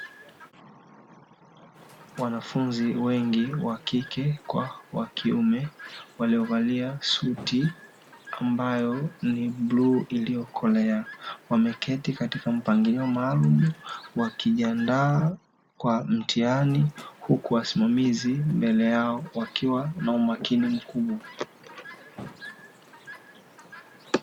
Wanafunzi wengi wa kike kwa wa kiume, waliovalia suti ambayo ni bluu iliyokolea. Wameketi katika mpangilio maalumu, wakijiandaa kwa mtihani huku wasimamizi mbele yao wakiwa na umakini mkubwa.